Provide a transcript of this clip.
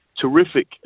terrific